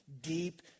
deep